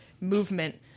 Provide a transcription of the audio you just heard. movement